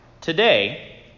Today